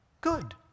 good